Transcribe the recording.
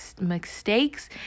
mistakes